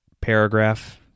paragraph